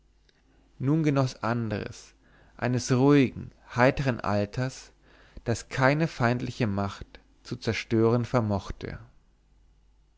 nun genoß andres eines ruhigen heitern alters das keine feindliche macht zu zerstören vermochte